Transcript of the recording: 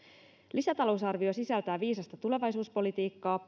lisätalousarvio sisältää viisasta tulevaisuuspolitiikkaa